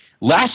Last